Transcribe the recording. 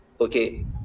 Okay